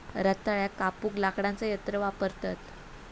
रताळ्याक कापूक लाकडाचा यंत्र वापरतत